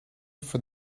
for